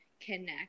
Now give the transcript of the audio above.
connect